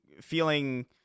feeling